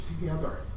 together